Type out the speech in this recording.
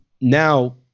Now